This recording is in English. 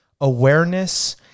awareness